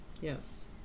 Yes